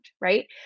right